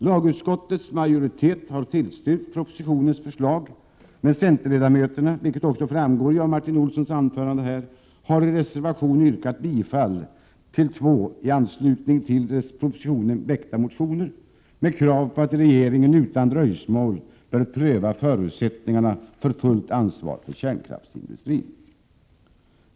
Lagutskottets majoritet har tillstyrkt propositionens förslag, men centerledamöterna, vilket också framgick av Martin Olssons nyss hållna anförande, har i reservation yrkat bifall till två i anslutning till propositionen väckta motioner med krav på att regeringen utan dröjsmål bör pröva förutsättningarna för fullt ansvar för kärnkraftsindustrin.